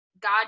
god